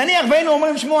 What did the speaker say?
נניח שהיינו אומרים: תשמעו,